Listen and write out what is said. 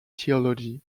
theology